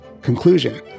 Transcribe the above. conclusion